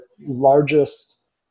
largest